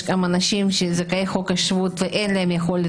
יש גם אנשים זכאי חוק השבות שאין להם יכולת